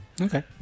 Okay